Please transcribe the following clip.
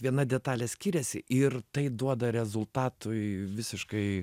viena detalė skiriasi ir tai duoda rezultatui visiškai